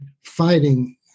fighting